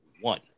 one